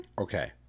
Okay